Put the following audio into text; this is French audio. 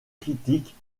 critiques